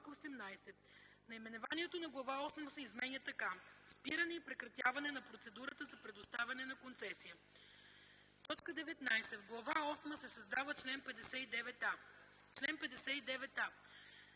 Наименованието на Глава осма се изменя така: „Спиране и прекратяване на процедурата за предоставяне на концесия”. 19. В Глава осма се създава чл. 59а: „Чл. 59а.